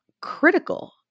critical